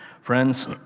Friends